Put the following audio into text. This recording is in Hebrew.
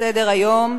התשע"א 2011,